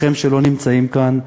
לכם שלא נמצאים כאן,